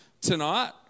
tonight